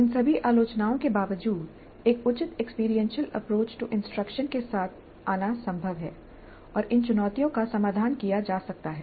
इन सभी आलोचनाओं के बावजूद एक उचित एक्सपीरियंशियल अप्रोच टू इंस्ट्रक्शन के साथ आना संभव है और इन चुनौतियों का समाधान किया जा सकता है